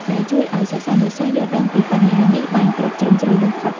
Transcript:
ដែលជួយឱ្យសិស្សានុសិស្សយល់ដឹងពីបញ្ហានេះបានគ្រប់ជ្រុងជ្រោយបំផុត។